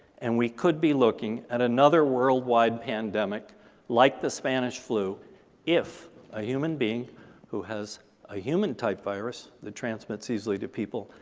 and we could be looking at another worldwide pandemic like the spanish flu if a human being who has a human-type virus, that transmits easily to people,